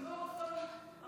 לימון סון הר מלך.